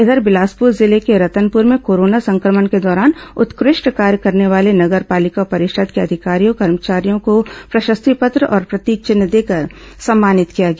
इधर बिलासपुर जिले के रतनपुर में कोरोना संक्रमण के दौरान उत्कष्ट कार्य करने वाले नगर पालिका परिषद के अधिकारियों कर्मचारियों को प्रशस्ति पत्र और प्रतीक चिन्ह देकर सम्मानित किया गया